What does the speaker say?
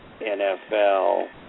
NFL